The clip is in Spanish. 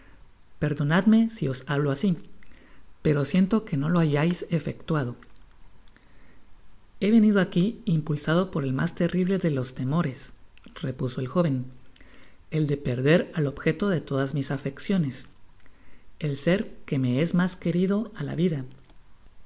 perdonadme si os hablo asi pero siento que no lo hayais efectuado he venido aqui impulsado por el mas terrible de los temoresrepuso el joven el de perder al objeto de todas mis afecciones el sér que me es mas querido á la vida